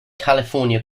california